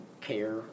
care